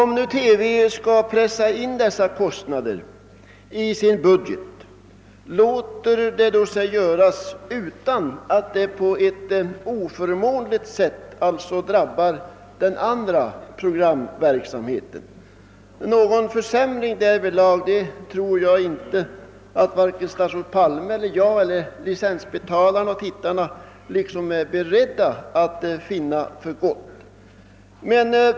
Men låter det sig göra för TV att pressa in de stora kostnaderna härför i sin budget utan att detta på ett oförmånligt sätt inverkar på den övriga programverksamheten? Någon försämring beträffande denna tror jag inte att vare sig statsrådet Palme eller jag eller licensbetalarna är beredda att godta.